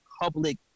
public